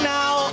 now